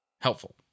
helpful